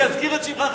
אני אזכיר את שמך,